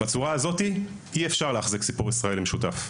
בצורה הזאת אי אפשר להחזיק סיפור ישראלי משותף.